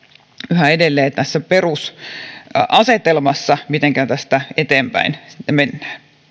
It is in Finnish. yhä edelleen tässä perusasetelmassa mitenkä tästä eteenpäin sitten mennään